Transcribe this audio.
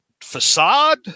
facade